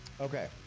Okay